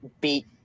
beat